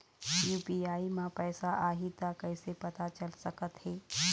UPI म पैसा आही त कइसे पता चल सकत हे?